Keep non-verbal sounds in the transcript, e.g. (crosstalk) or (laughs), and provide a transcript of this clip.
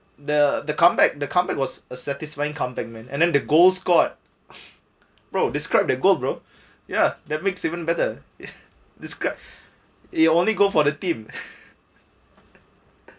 the the comeback the comeback was a satisfying come back man and then the goals scored bro described the goal bro ya that makes even better describe it it only goal for the team (laughs)